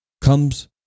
comes